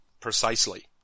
precisely